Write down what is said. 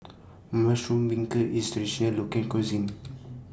Mushroom Beancurd IS Traditional Local Cuisine